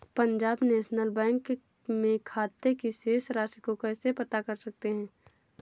Punjab national bank में खाते की शेष राशि को कैसे पता कर सकते हैं?